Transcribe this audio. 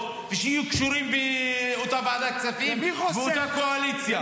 ושיהיו קשורים באותה ועדת כספים ואותה קואליציה.